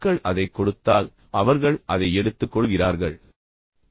மக்கள் அதைக் கொடுத்தால் அவர்கள் அதை எடுத்துக்கொள்கிறார்கள் பின்னர் அவர்கள் மேலும் வளர்கிறார்கள்